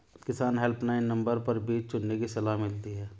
किसान helpline number पर बीज चुनने की सलाह मिलती है